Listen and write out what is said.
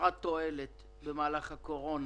חסרת תועלת במהלך הקורונה.